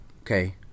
okay